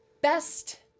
Best